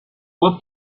were